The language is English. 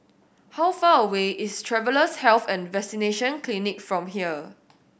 how far away is Travellers' Health and Vaccination Clinic from here